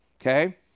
Okay